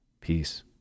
Peace